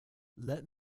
let